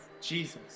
Jesus